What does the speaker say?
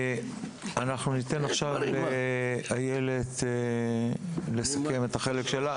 אנחנו ניתן עכשיו לאיילת לסכם את החלק שלה.